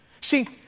See